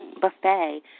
buffet